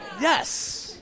Yes